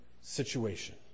situation